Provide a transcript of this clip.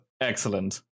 Excellent